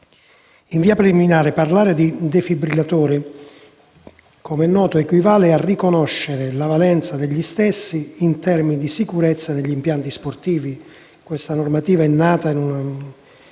In via preliminare, parlare di defibrillatori, come è noto, equivale a riconoscere la valenza degli stessi in termini di sicurezza negli impianti sportivi. Questa normativa è nata dopo